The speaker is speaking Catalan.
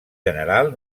general